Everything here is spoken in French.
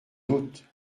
doute